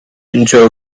into